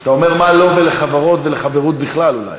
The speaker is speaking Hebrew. אתה אומר מה לו ולחברוֹת ולחברוּת בכלל, אולי.